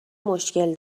مشکل